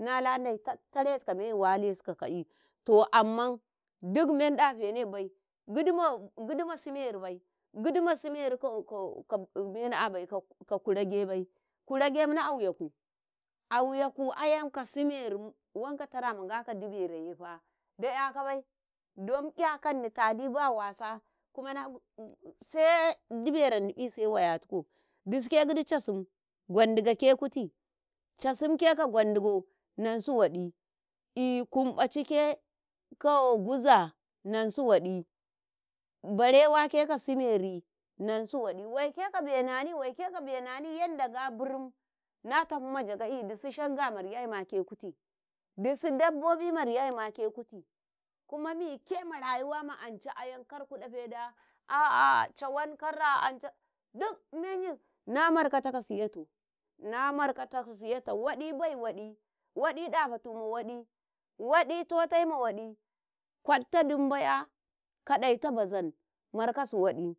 ﻿Nalade tattaretu kame walesu ka ka'i to amma duk men dafene bai gigdima siimeri bai gigdima siimeri ka mena'a bai ka kurega bai, kuregefa na auyaku, auyaku ayam ka siimerim wan tara ma Nga ka diberoyefa dayaka bai don yakanni taadi ba wasa kawa sai dibero Nniƙi wayatiko disuke gigdi casim, gwadugoke kutii, casimke ka gwandugo Nnansu waɗi kumbacike ka guza Nnansu waɗi, barewake ka siimeri Nnansu waɗi waike ka bai Nnani yadda Nga birim na tahumma jagha'i disu shigga mariyayma ke kuti, disu dabbobi mari yayma ke kuti, kuma mike ma rayuwa ma anca ayam kar ku ɗafeda a'ah cawan kara anca duk menyin na markau kasiya tou, na marka aka siyatou waɗi bai waɗi waɗi dafatu ma waɗi, waɗi tote ma waɗi, kwalta dumbu'ya kadaita bazan, markasu waɗi,